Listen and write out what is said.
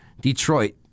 Detroit